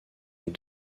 est